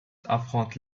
affronte